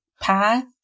path